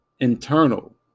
internal